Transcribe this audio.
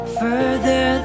further